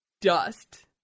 dust